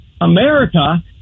America